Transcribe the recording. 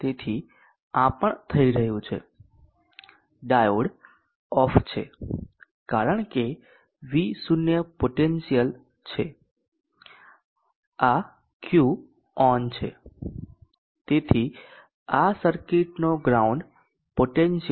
તેથી આ પણ થઈ રહ્યું છે ડાયોડ ઓફ છે કારણ કે આ V0 પોટેન્શિયલ છે આ Q ઓન છે તેથી આ સર્કિટનો ગ્રાઉન્ડ પોટેન્શિયલ છે